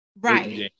right